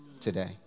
today